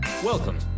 Welcome